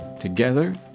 Together